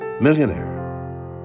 millionaire